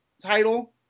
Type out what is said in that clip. title